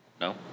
no